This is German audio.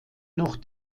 noch